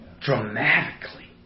Dramatically